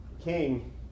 king